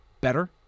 better